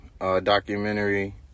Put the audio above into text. documentary